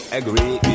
agree